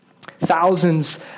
Thousands